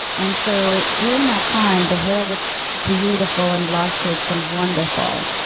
and so during that time the hair looks beautiful and luscious and wonderful.